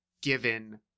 given